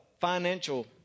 financial